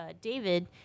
David